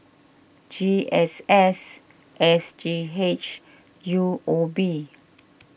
G S S S G H U O B